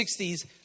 1960s